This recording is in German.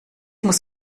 muss